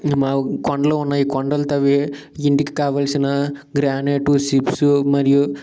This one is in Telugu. కొండలు ఉన్నాయి కొండలు తవ్వి ఇంటికి కావాల్సిన గ్రానైట్ సిప్సు మరియు